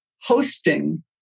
hosting